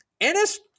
Ennis